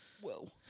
Whoa